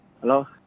Hello